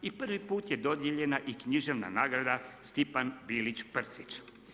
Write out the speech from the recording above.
I prvi put je dodijeljena i književna nagrada Stipan Bilić Prcić.